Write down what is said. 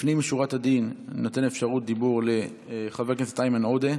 לפנים משורת הדין אני נותן אפשרות דיבור לחבר הכנסת איימן עודה,